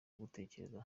gutekereza